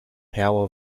power